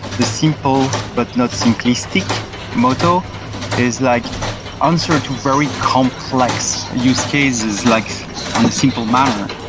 this simple, but not simplistic moto is like answer to very complex use cases, like on the simple manner.